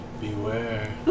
Beware